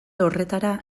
horretara